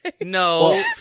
no